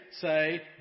say